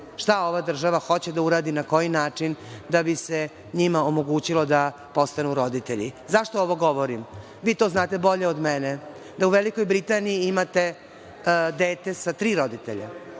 šta ova država hoće da uradi, na koji način, da bi se njima omogućilo da postanu roditelji.Zašto ovo govorim? Vi to znate bolje od mene da u Velikoj Britaniji imate dete sa tri roditelja,